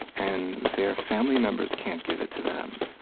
and their family members can't give it to them.